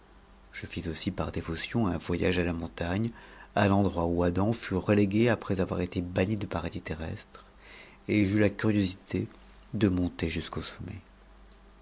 je fis aussi par dévotion un voy montagne à l'endroit où adam fut retégnë après avoir été banni du dis terrestre et j'eus la curiosité de monter jusqu'au sommet